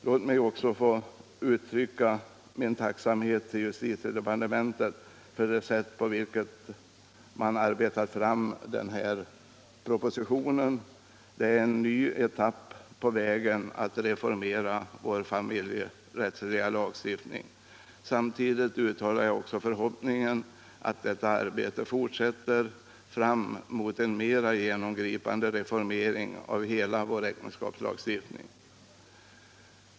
Låt mig också få uttrycka min tacksamhet till justitiedepartementet för det sätt på vilket det arbetat fram propositionen i detta ärende. Den markerar en ny etapp i strävandena att reformera vår familjerättsliga lagstiftning, och jag vill uttala den förhoppningen att detta arbete skall fortsätta, fram mot en mera genomgripande reformering av hela vår äktenskapslagstiftning.